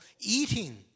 eating